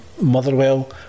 Motherwell